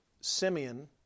Simeon